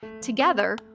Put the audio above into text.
Together